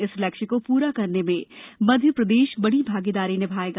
इस लक्ष्य को पूरा करने में मध्यप्रदेश बड़ी भागीदारी निभायेगा